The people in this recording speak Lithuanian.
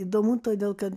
įdomu todėl kad